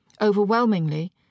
Overwhelmingly